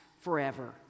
forever